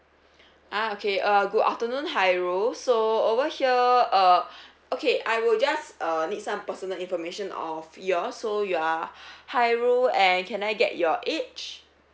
ah okay uh good afternoon hairul so over here uh okay I will just uh need some personal information of yours so you're hairul and can I get your age